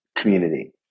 community